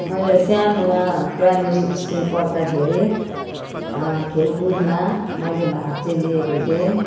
मैले सानोमा primary school पढ्दाखेरि खेलकुदमा मैले भाग चाहिँ लिएको थिएँ